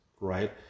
right